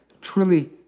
truly